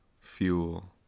Fuel